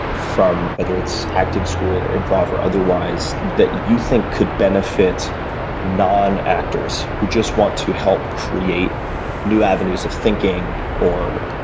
ah from, whether it's acting school, or improve, or otherwise that you think could benefit non actors, who just want to help create new avenues of thinking or